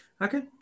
Okay